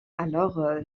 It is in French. alors